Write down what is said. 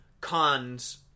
cons